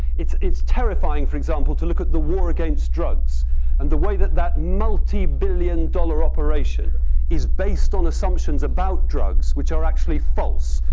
it's it's terrifying, for example, to look at the war against drugs and the way that that multi-billion dollar operation is based on assumptions about drugs which are actually false.